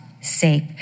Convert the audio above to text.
safe